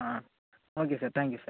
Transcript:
ah okay sir thank you sir